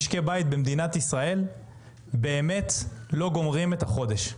משקי בית במדינת ישראל באמת לא גומרים את החודש.